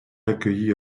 accueilli